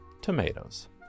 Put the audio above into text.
tomatoes